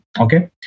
Okay